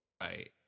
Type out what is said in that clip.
Right